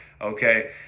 Okay